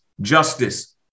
justice